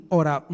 ora